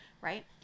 right